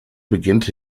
beginnt